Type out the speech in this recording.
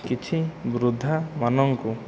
କିଛି ବୃଦ୍ଧାମାନଙ୍କୁ